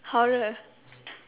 horror